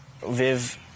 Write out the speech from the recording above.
Viv